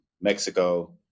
Mexico